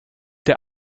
der